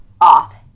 off